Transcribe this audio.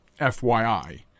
FYI